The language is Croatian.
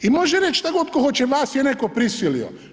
I može reći šta god tko hoće vas je neko prisilio.